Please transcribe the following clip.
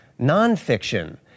nonfiction